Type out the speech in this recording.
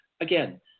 again